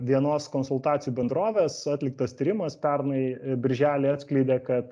vienos konsultacijų bendrovės atliktas tyrimas pernai birželį atskleidė kad